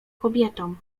kobietą